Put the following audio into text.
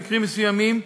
במקרים מסוימים,